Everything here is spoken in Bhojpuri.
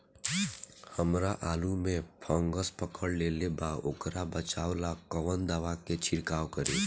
हमरा आलू में फंगस पकड़ लेले बा वोकरा बचाव ला कवन दावा के छिरकाव करी?